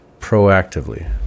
Proactively